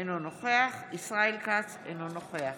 אינו נוכח ישראל כץ, אינו נוכח